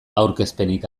aurkezpenik